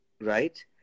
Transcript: Right